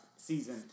season